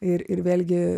ir ir vėlgi